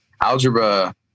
algebra